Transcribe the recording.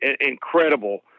incredible